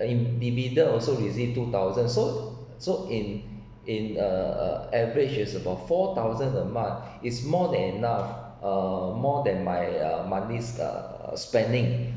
in dividend also received two thousand so so in in uh averages is about four thousand a month is more than enough uh more than my uh money uh spending